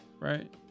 Right